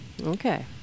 Okay